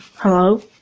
Hello